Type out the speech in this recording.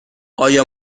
ایا